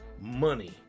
money